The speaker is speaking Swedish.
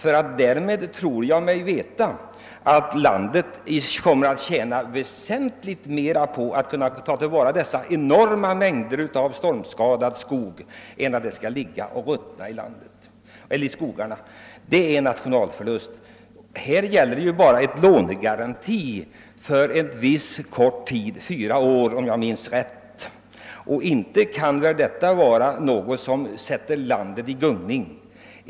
Jag tror mig veta att landet kommer att vinna väsentligt på att kunna ta till vara de enorma mängderna av stormskadad skog och därför prioritera dessa lån än på att låta virket ligga och ruttna i skogen. Detta är om något en nationalförlust. Här gäller det bara en lånegaranti på en kort tid — fyra år, om jag minns rätt. Inte kan väl detta vara något som sätter landets ekonomi i gungning.